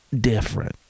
different